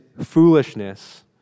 foolishness